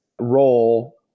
role